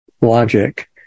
logic